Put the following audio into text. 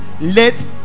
let